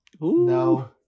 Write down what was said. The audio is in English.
no